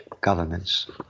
governments